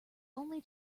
only